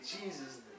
Jesus